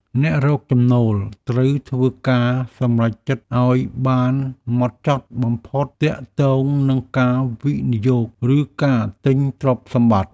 អ្នករកចំណូលត្រូវធ្វើការសម្រេចចិត្តឱ្យបានម៉ត់ចត់បំផុតទាក់ទងនឹងការវិនិយោគ ឬការទិញទ្រព្យសម្បត្តិ។